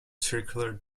circular